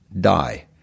die